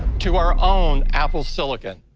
to our own apple silicon.